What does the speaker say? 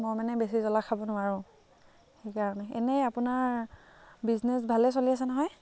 মই মানে বেছি জ্বলা খাব নোৱাৰোঁ সেইকাৰণে এনেই আপোনাৰ বিজনেছ ভালে চলি আছে নহয়